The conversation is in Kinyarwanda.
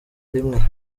rimwe